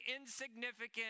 insignificant